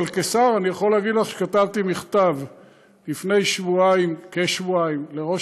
אבל כשר אני יכול להגיד לך שכתבתי מכתב לפני כשבועיים לראש